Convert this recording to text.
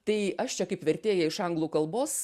tai aš čia kaip vertėja iš anglų kalbos